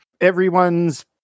everyone's